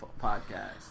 podcast